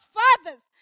fathers